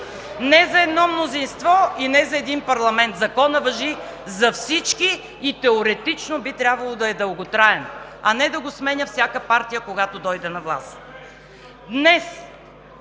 не за едно мнозинство и не за един парламент, законът важи за всички и теоретично би трябвало да е дълготраен, а не да го сменя всяка партия, когато дойде на власт.